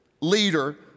leader